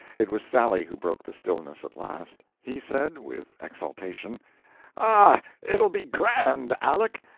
it was sally who broke the stillness at last. he said, with exultation ah, it'll be grand, aleck!